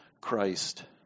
Christ